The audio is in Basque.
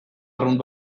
arrunt